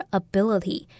ability。